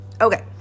okay